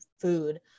food